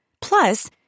Plus